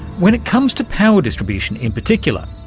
when it comes to power distribution in particular,